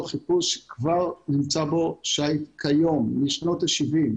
חיפוש שכבר נמצא בו שיט כיום משנות ה-70.